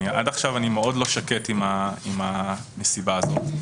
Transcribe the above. עד עכשיו אני מאוד לא שקט עם הנסיבה הזאת.